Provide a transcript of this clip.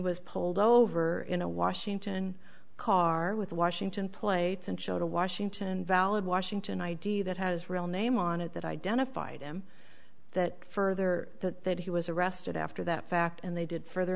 was pulled over in a washington car with washington plates and showed a washington valid washington id that has real name on it that identified him that further that that he was arrested after that fact and they did further